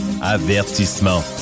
Avertissement